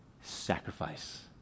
Sacrifice